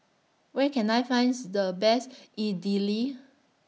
Where Can I finds The Best Idili